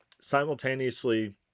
simultaneously